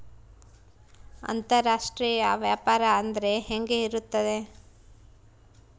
ಅಂತರಾಷ್ಟ್ರೇಯ ವ್ಯಾಪಾರ ಅಂದರೆ ಹೆಂಗೆ ಇರುತ್ತದೆ?